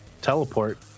teleport